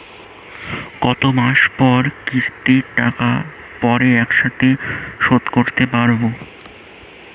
কত মাস পর কিস্তির টাকা পড়ে একসাথে শোধ করতে পারবো?